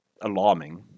alarming